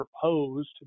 proposed